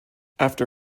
after